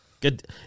Good